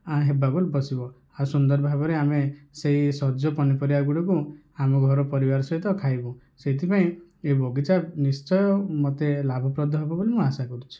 ହେବାକୁ ବସିବ ଆଉ ସୁନ୍ଦର ଭାବରେ ଆମେ ସେହି ସଜ ପନିପରିବା ଗୁଡ଼ିକୁ ଆମ ଘର ପରିବାର ସହିତ ଖାଇବୁ ସେଇଥିପାଇଁ ଏ ବଗିଚା ନିଶ୍ଚୟ ମୋତେ ଲାଭପ୍ରଦ ହେବ ବୋଲି ମୁଁ ଆଶା କରୁଛି